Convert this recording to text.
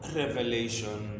revelation